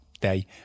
day